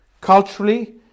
Culturally